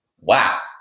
Wow